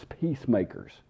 peacemakers